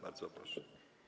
Bardzo proszę.